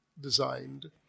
designed